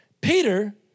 Peter